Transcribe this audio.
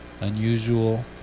unusual